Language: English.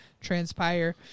transpire